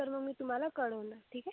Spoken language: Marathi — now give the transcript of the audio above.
तर मग मी तुम्हाला कळवणार ठीक आहे